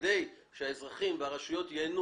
כדי שהאזרחים והרשויות המקומיות ייהנו